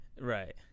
Right